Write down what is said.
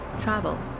travel